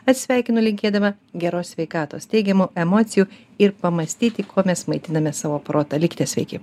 atsisveikinu linkėdama geros sveikatos teigiamų emocijų ir pamąstyti kuo mes maitiname savo protą likite sveiki